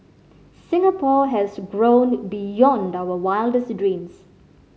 Singapore has grown beyond our wildest dreams